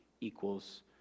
equals